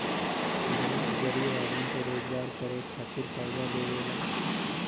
bank गरीब आदमी के रोजगार करे खातिर कर्जा देवेला